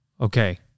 Okay